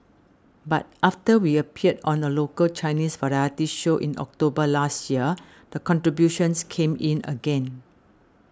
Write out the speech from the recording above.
but after we appeared on a local Chinese variety show in October last year the contributions came in again